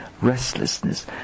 restlessness